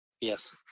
Yes